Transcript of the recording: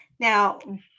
Now